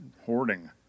hoarding